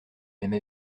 même